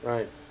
Right